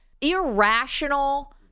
irrational